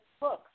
books